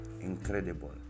incredible